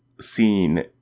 scene